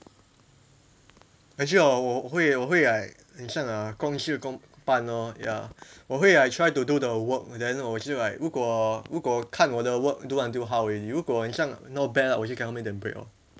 actually hor 我会我会:wo hui wo hui</mandarin like 很像啊公事公办咯 ya 我会 like I try to do the work then 我就 like 如果如果看我的 work do until how already 如果很像 not bad 我就给他们一个 break lor